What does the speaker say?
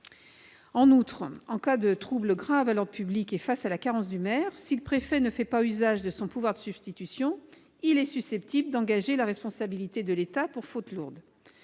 En outre, en cas de trouble grave à l'ordre public et face à la carence du maire, si le préfet ne fait pas usage de son pouvoir de substitution, il est susceptible d'engager la responsabilité de l'État pour faute lourde.